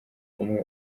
umwe